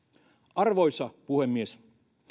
arvoisa puhemies